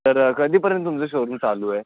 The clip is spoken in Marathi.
तर कधीपर्यंत तुमचं शोरूम चालू आहे